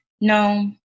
No